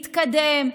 מתקדם,